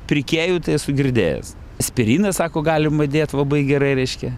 pirkėjų tai esu girdėjęs aspiriną sako galima dėt labai gerai reiškia